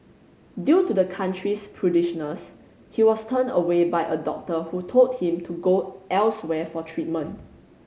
due to the country's prudishness he was turned away by a doctor who told him to go elsewhere for treatment